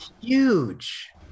huge